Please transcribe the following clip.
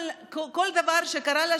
מה שקרה לה,